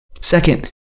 Second